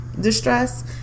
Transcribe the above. distress